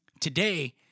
Today